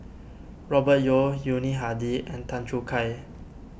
Robert Yeo Yuni Hadi and Tan Choo Kai